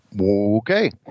Okay